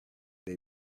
they